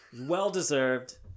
well-deserved